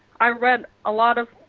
i read a lot of,